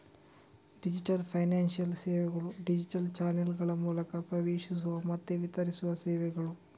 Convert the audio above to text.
digital financial ಸೇವೆಗಳು digital ಚಾನಲ್ಗಳ ಮೂಲಕ ಪ್ರವೇಶಿಸುವ ಮತ್ತೆ ವಿತರಿಸುವ ಸೇವೆಗಳು